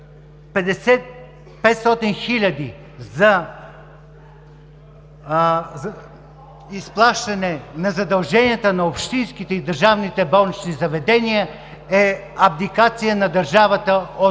за 500 хиляди за изплащане на задълженията на общинските и държавните болнични заведения е абдикация на държавата от